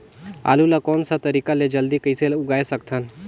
आलू ला कोन सा तरीका ले जल्दी कइसे उगाय सकथन?